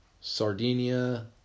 Sardinia